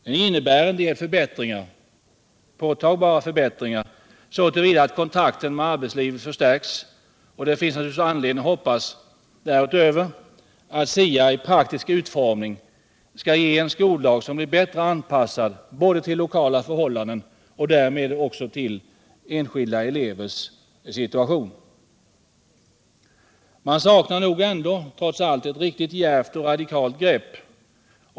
Den innebär en del påtagbara förbättringar så till vida att kontakten med arbetslivet förstärks. Det finns naturligtvis därutöver anledning hoppas att SIA i praktisk utformning skall ge en skoldag som blir bättre anpassad till lokala förhållanden och därmed också till enskilda elevers situation. Man saknar nog trots allt ändå ett riktigt djärvt och radikalt grepp.